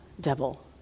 devil